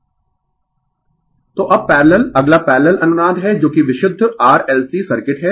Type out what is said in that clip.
Refer slide Time 2721 तो अब parallel अगला पैरलल अनुनाद है जो कि विशुद्ध RLC सर्किट है